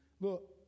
Look